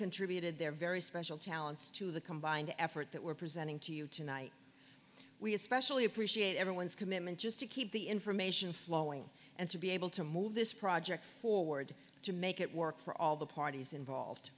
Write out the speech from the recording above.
contributed their very special talents to the combined effort that we're presenting to you tonight we especially appreciate everyone's commitment just to keep the information flowing and to be able to move this project forward to make it work for all the parties involved